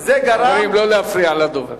זה גרם, חברים, לא להפריע לדובר.